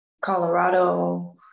Colorado